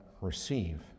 receive